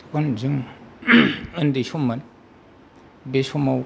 जेब्ला जों उन्दै सममोन बे समाव